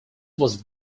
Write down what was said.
was